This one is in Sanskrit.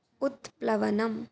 उत्प्लवनम्